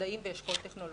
מדעים ואשכול טכנולוגי.